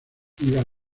iba